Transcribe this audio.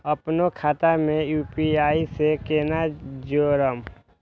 अपनो खाता के यू.पी.आई से केना जोरम?